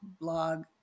blog